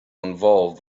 involved